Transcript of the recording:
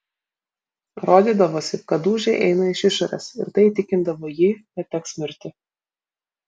rodydavosi kad dūžiai eina iš išorės ir tai įtikindavo jį kad teks mirti